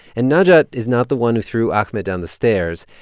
and najat is not the one who threw ahmed down the stairs,